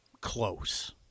Close